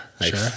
sure